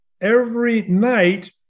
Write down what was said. every-night